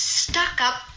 stuck-up